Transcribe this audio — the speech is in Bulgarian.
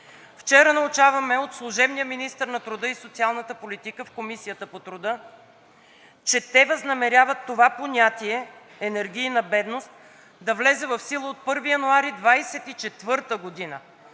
Вчера научаваме от служебния министър на труда и социалната политика в Комисията по труда, че те възнамеряват това понятие „енергийна бедност“ да влезе в сила от 1 януари 2024 г.